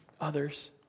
others